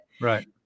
Right